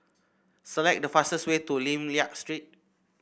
select the fastest way to Lim Liak Street